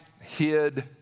hid